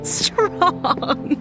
strong